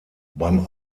beim